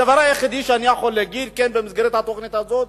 הדבר היחיד שאני כן יכול להגיד במסגרת התוכנית הזאת